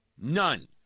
None